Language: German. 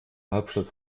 hauptstadt